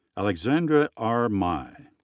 alexandra r. mai.